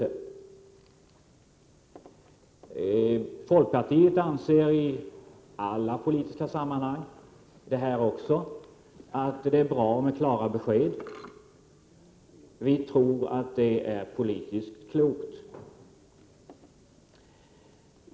Vi i folkpartiet anser, här liksom i alla andra politiska sammanhang, att det är bra med klara besked. Vi tror att detta är politiskt klokt.